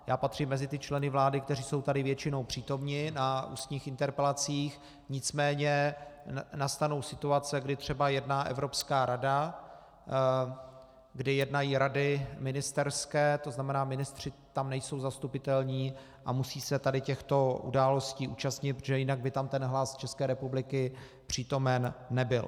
Já patřím mezi ty členy vlády, kteří jsou tady většinou přítomni na ústních interpelacích, nicméně nastanou situace, kdy třeba jedná Evropská rada, kdy jednají rady ministerské, to znamená, ministři tam nejsou zastupitelní a musí se těchto událostí účastnit, protože jinak by tam ten hlas České republiky přítomen nebyl.